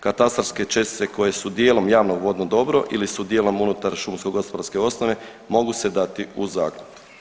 Katastarske čestice koje su dijelom javnog vodno dobro ili su dijelom unutar šumsko-gospodarske osnove, mogu se dati u zakup.